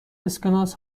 اسکناس